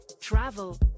travel